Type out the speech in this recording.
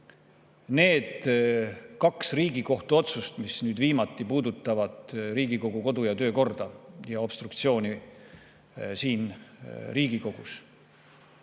Need kaks Riigikohtu otsust, mis puudutasid Riigikogu kodu‑ ja töökorda ja obstruktsiooni siin Riigikogus,